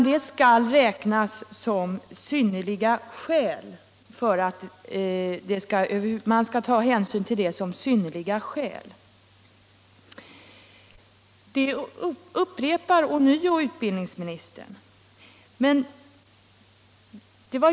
Det skall bara bli en bedömning av om synnerliga skäl finns till företräde i sådant fall, och detta upprepar utbildningsministern nu.